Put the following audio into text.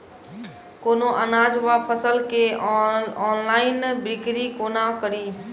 कोनों अनाज वा फसल केँ ऑनलाइन बिक्री कोना कड़ी?